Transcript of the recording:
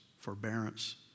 forbearance